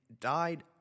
Died